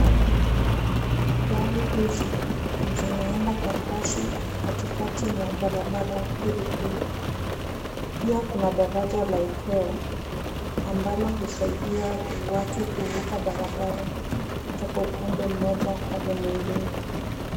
Gari hizi zinaenda kwa kasi katikati mwa barabara hili kuu, pia kuna daraja la upeo ambalo husaidia watu kuvuka barabara kutoka upande mmoja hadi mwingine.